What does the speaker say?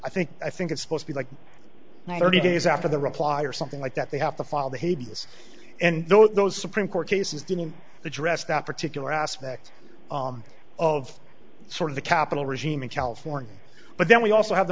i think i think it's supposed to be like thirty days after the reply or something like that they have to file the hades and though those supreme court cases didn't address that particular aspect of sort of the capital regime in california but then we also have the